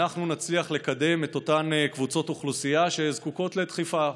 אנחנו נצליח לקדם את אותן קבוצות אוכלוסייה שזקוקות לדחיפה,